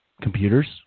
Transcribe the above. computers